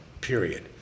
Period